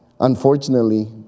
Unfortunately